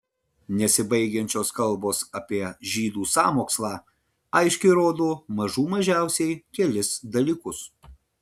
nesibaigiančios kalbos apie žydų sąmokslą aiškiai rodo mažių mažiausiai kelis dalykus